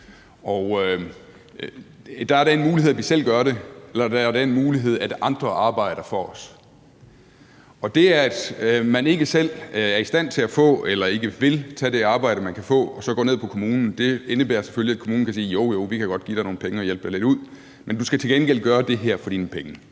der er den mulighed, at vi selv gør det, eller der er den mulighed, at andre arbejder for os. Og det, at man ikke selv er i stand til at få eller ikke vil tage det arbejde, man kan få, og at man så går ned på kommunen, indebærer selvfølgelig, at kommunen kan sige: Jo, jo, vi kan godt give dig nogle penge og hjælpe dig lidt, men du skal til gengæld gøre det her for dine penge.